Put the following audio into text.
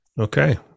Okay